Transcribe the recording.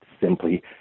simply